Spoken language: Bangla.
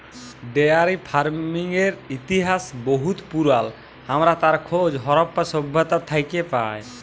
ডেয়ারি ফারমিংয়ের ইতিহাস বহুত পুরাল আমরা তার খোঁজ হরপ্পা সভ্যতা থ্যাকে পায়